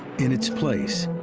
in its place,